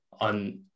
on